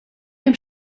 hemm